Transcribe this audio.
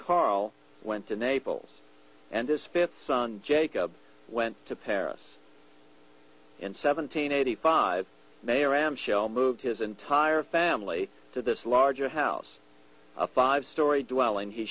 carl went to naples and his fifth son jacob went to paris and seventeen eighty five mayor rahm shell moved his entire family to this larger house a five story dwelling he